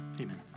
Amen